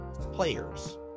players